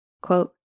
Quote